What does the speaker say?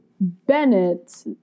Bennett